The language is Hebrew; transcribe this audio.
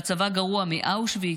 שהצבא גרוע מאושוויץ,